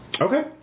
Okay